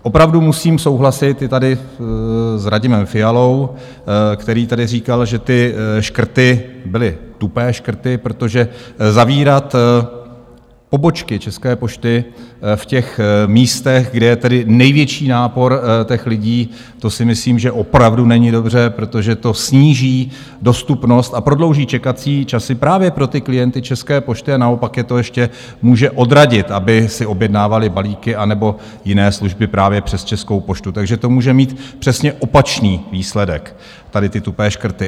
Opravdu musím souhlasit i tady s Radimem Fialou, který tady říkal, že ty škrty byly tupé škrty, protože zavírat pobočky České pošty v těch místech, kde je tedy největší nápor lidí, to si myslím, že opravdu není dobře, protože to sníží dostupnost a prodlouží čekací časy právě pro ty klienty České pošty a naopak je to ještě může odradit, aby si objednávali balíky anebo jiné služby právě přes Českou poštu, takže to může mít přesně opačný výsledek, tady ty tupé škrty.